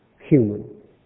human